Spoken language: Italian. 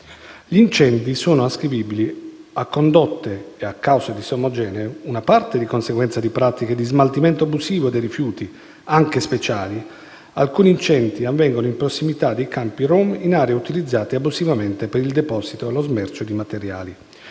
Gli incendi sono ascrivibili a condotte e cause disomogenee. Una parte è conseguenza di pratiche di smaltimento abusivo dei rifiuti, anche speciali; alcuni incendi avvengono in prossimità dei campi rom, in aree utilizzate abusivamente per il deposito e lo smercio di materiali;